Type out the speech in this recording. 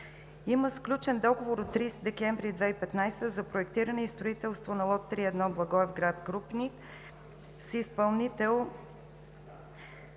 Има сключен договор от 30 декември 2015 г. за проектиране и строителство на лот 3.1 „Благоевград – Крупник“ с изпълнител: